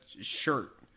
shirt